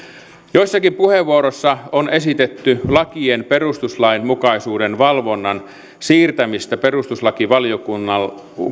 joissakin puheenvuoroissa on esitetty lakien perustuslainmukaisuuden valvonnan siirtämistä perustuslakivaliokunnalta